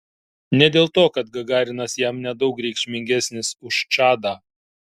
ne dėl to kad gagarinas jam nedaug reikšmingesnis už čadą